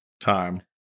time